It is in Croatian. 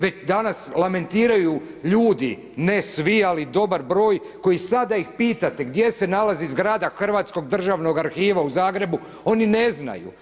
Već danas lamentiraju ljudi, ne svi, ali dobar broj koji sad da ih pitate gdje se nalazi zgrada Hrvatskog državnog arhiva u Zagrebu oni ne znaju.